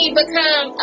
become